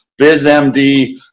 BizMD